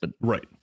Right